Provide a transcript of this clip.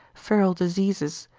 feral diseases,